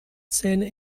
zähne